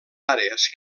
àrees